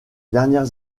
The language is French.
dernières